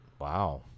Wow